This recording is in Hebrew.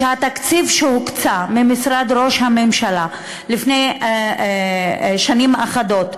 שהתקציב שהוקצה ממשרד ראש הממשלה לפני שנים אחדות